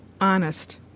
honest